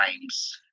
times